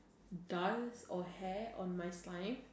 dust or hair on my slime